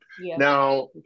now